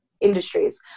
industries